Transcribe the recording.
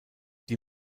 die